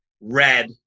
red